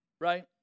Right